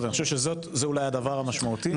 אני חושב שזה הדבר המשמעותי.